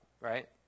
right